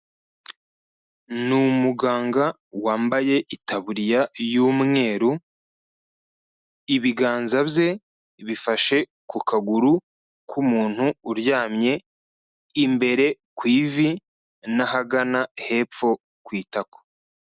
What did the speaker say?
Ni umuganga wambaye itaburiya y'umweru, ibiganza bye bifashe ku kaguru k'umuntu uryamye, imbere ku ivi n'ahagana hepfo ku itako.